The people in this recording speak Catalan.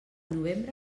novembre